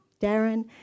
Darren